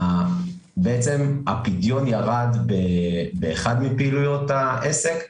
הפדיון ירד באחד מפעילויות העסק,